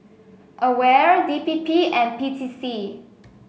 Aware D P P and P T C